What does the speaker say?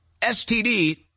STD